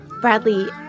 Bradley